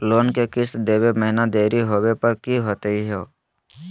Loan के किस्त देवे महिना देरी होवे पर की होतही हे?